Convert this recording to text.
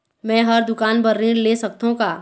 मैं हर दुकान बर ऋण ले सकथों का?